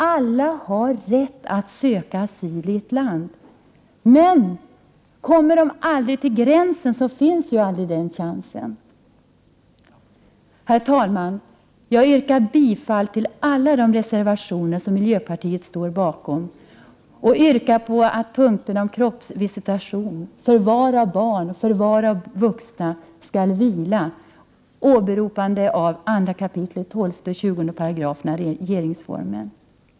Alla har rätt att söka asyl i ett land, men kommer de aldrig hit till gränsen, finns ju aldrig den chansen. Herr talman! Jag yrkar bifall till alla de reservationer som miljöpartiet står bakom och yrkar på att punkterna om kroppsvisitation, förvar av barn och av vuxna skall vila med åberopande av 2 kap. 12 och 20 §§ regeringsformen.